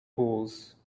pools